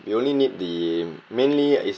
we only need the mainly is